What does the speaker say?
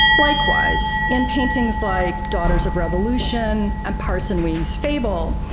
likewise in paintings like daughters of revolution, and parson weems' fable,